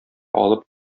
алып